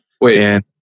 Wait